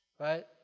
Right